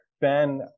Ben